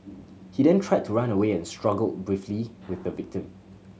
he then tried to run away and struggled briefly with the victim